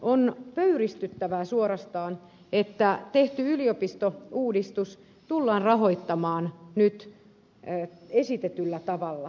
on pöyristyttävää suorastaan että tehty yliopistouudistus tullaan rahoittamaan nyt esitetyllä tavalla